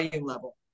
level